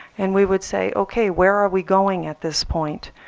and we would say, ok, where are we going at this point?